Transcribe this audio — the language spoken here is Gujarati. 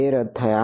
બે રદ થયા